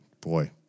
Boy